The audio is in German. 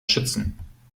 schützen